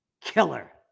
killer